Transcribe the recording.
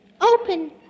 open